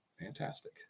Fantastic